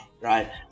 right